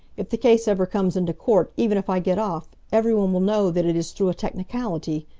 if the case ever comes into court, even if i get off, every one will know that it is through a technicality.